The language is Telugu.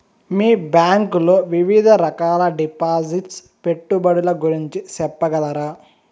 మీ బ్యాంకు లో వివిధ రకాల డిపాసిట్స్, పెట్టుబడుల గురించి సెప్పగలరా?